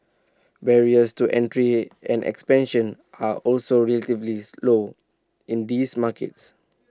barriers to entry and expansion are also relatively slow in these markets